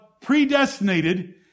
predestinated